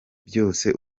byose